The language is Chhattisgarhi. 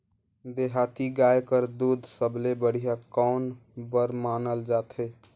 देहाती गाय कर दूध सबले बढ़िया कौन बर मानल जाथे?